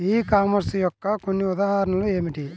ఈ కామర్స్ యొక్క కొన్ని ఉదాహరణలు ఏమిటి?